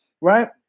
right